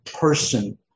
person